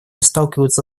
сталкиваются